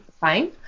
fine